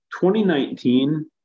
2019